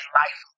life